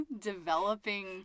developing